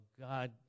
God